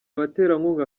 baterankunga